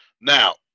Now